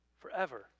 forever